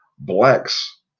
Blacks